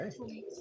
Okay